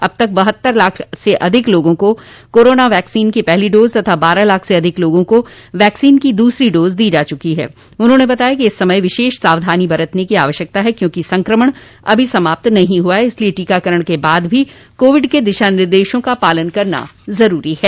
अब तक बहत्तर लाख से अधिक लोगों को कोरोना वैक्सीन की पहली डोज तथा बारह लाख से अधिक लोगों को वैक्सोन की दूसरी डोज दी जा चुकी है उन्होंने बताया कि इस समय विशेष सावधानी बरतनी की आवश्यकता है क्योंकि संक्रमण अभी समाप्त नहीं हुआ है इसलिए टीकाकरण के बाद भी कोविड के दिशा निर्देशों का पालन करना जरूरी है